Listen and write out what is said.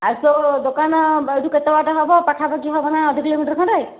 ଆଉ ତୋ ଦୋକାନ ଏଇଠୁ କେତେ ବାଟ ହେବ ପାଖାପାଖି ହେବ ନା ଅଧ କିଲୋମିଟର ଖଣ୍ଡେ